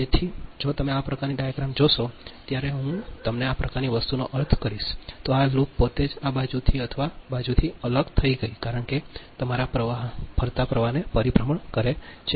તેથી જો તમે આ પ્રકારની ડાયાગ્રામ જોશો ત્યારે હું તમને આ પ્રકારની વસ્તુનો અર્થ કરીશ તો આ લૂપ પોતે જ આ બાજુથી અથવા આ બાજુથી અલગ થઈ ગઈ છે કારણ કે તે તમારા ફરતા પ્રવાહને પરિભ્રમણ કરે છે